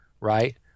right